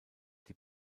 die